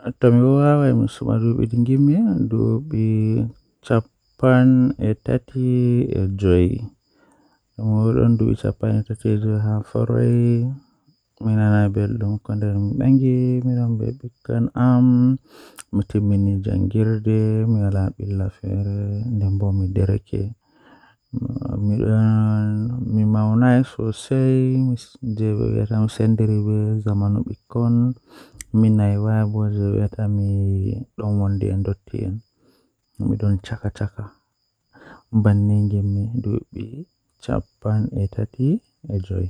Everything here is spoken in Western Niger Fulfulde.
Haa nyande mi wawan mi dilla jahangal kilomitaaji sappo.